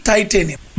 Titanium